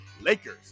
Lakers